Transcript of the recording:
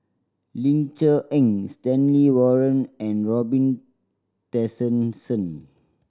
Ling Cher Eng Stanley Warren and Robin Tessensohn